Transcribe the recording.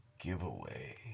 Giveaway